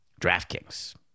DraftKings